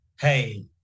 hey